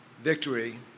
Victory